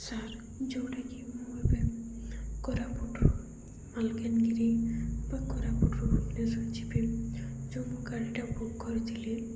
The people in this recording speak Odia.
ସାର୍ ଯେଉଁଟାକି ମୁଁ ଏବେ କୋରାପୁଟରୁ ମାଲକାନଗିରି ବା କୋରାପୁଟରୁ ଭୁବନେଶ୍ୱର ଯିବେ ଯେଉଁ ମୁଁ ଗାଡ଼ିଟା ବୁକ୍ କରିଥିଲି